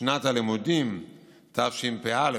שנת הלימודים תשפ"א,